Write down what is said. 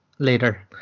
Later